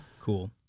Cool